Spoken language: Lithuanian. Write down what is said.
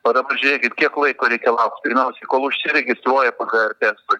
o dabar žiūrėkit kiek laiko reikia laukt pirmiausiai kol užsiregistruoji pgr testui